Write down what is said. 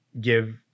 give